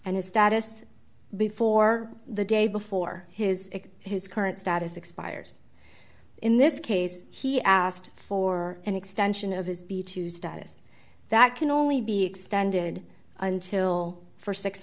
and his status before the day before his his current status expires in this case he asked for an extension of his b two status that can only be extended until for six